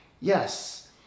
yes